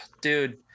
dude